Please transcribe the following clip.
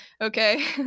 okay